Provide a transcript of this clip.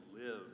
live